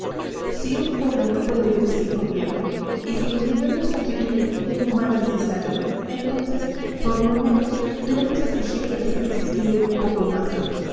si un pueblo no puede vivir sin gobierno y si los gobiernos constituyen un mal necesario entonces por lo menos debemos exigir que las crisis duren un poco más